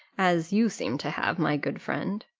as you seem to have, my good friend.